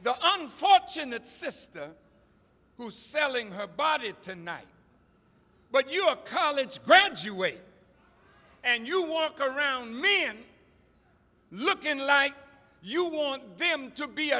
the unfortunate sister who's selling her body tonight but your college graduate and you walk around me and looking like you want them to be